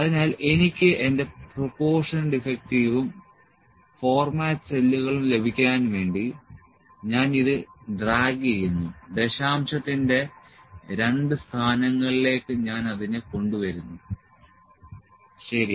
അതിനാൽ എനിക്ക് എന്റെ പ്രൊപോർഷൻ ഡിഫെക്ടിവും ഫോർമാറ്റ് സെല്ലുകളും ലഭിക്കാൻ വേണ്ടി ഞാൻ ഇത് ഡ്രാഗ് ചെയ്യുന്നു ദശാംശത്തിന്റെ രണ്ട് സ്ഥാനങ്ങളിലേക്ക് ഞാൻ അതിനെ കൊണ്ടുവരുന്നു ശരി